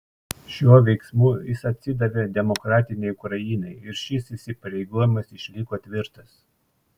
šiuo veiksmu jis atsidavė demokratinei ukrainai ir šis įsipareigojimas išliko tvirtas